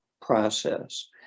process